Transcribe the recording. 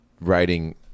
writing